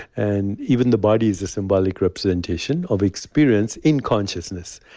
and even the body is a symbolic representation of experience in consciousness,